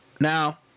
Now